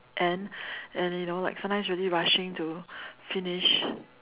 and and you know like sometimes really rushing to finish